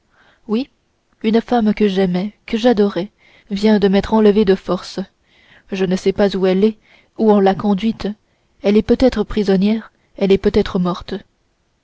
oui une femme que j'aimais que j'adorais vient de m'être enlevée de force je ne sais pas où elle est où on l'a conduite elle est peut-être prisonnière elle est peut-être morte